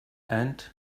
and